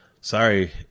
Sorry